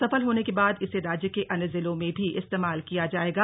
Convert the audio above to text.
सफल होने के बाद इसे राज्य के अन्य जिलों में भी इस्तेमाल किया जाएगा